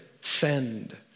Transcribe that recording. send